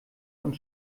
und